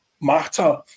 matter